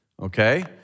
Okay